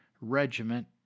regiment